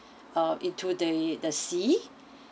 uh into the the sea